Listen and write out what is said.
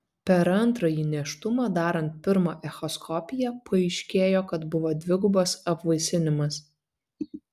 per antrąjį nėštumą darant pirmą echoskopiją paaiškėjo kad buvo dvigubas apvaisinimas